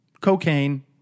cocaine